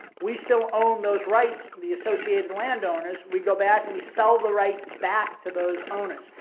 we still own those rights, the associated landowners, we go back, and we sell the rights back to those owners.